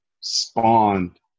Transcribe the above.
spawned